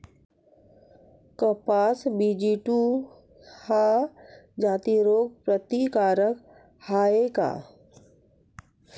कपास BG two ह्या जाती रोग प्रतिकारक हाये का?